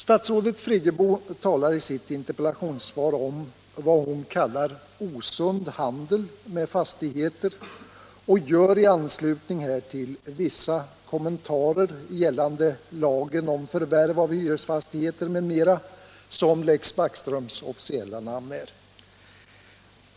Statsrådet Friggebo talar i sitt interpellationssvar om vad hon kallar osund handel med fastigheter och gör i anslutning härtill vissa kommentarer gällande lagen om förvärv av hyresfastigheter m.m. som Lex Backströms officiella namn är.